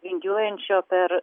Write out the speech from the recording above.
vingiuojančio per